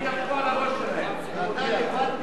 גברתי